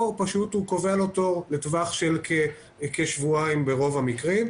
או הוא פשוט קובע לו תור לטווח של שבועיים ברוב המקרים,